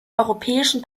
europäischen